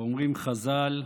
ואומרים חז"ל: